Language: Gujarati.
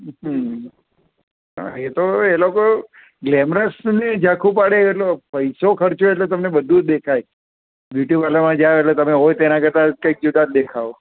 હં હા એ તો હવે એ લોકો ગ્લેમરસને ઝાંખું પાડે એટલો પૈસો ખર્ચ્યો એટલે તમને બધું જ દેખાય બ્યુટી પાર્લરમાં જાઓ એટલે તમે હોય તેનાં કરતાં કંઈક જુદા જ દેખાવ